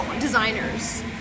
designers